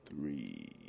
three, (